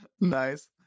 Nice